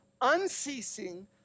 unceasing